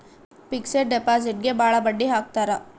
fixed ಡಿಪಾಸಿಟ್ಗೆ ಭಾಳ ಬಡ್ಡಿ ಹಾಕ್ತರ